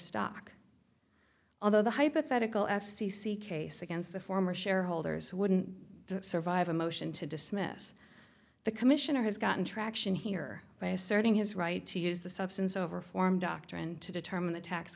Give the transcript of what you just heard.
stock although the hypothetical f c c case against the former shareholders wouldn't survive a motion to dismiss the commissioner has gotten traction here by asserting his right to use the substance over form doctrine to determine